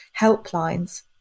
helplines